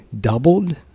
Doubled